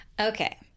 Okay